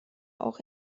auch